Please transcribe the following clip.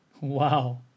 Wow